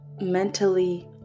mentally